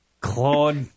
Claude